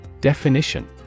Definition